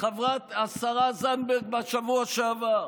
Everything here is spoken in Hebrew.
השרה זנדברג בשבוע שעבר,